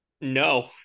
no